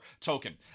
token